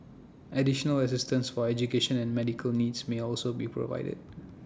additional assistance for education and medical needs may also be provided